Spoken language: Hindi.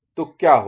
तो क्या होगा